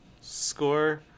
score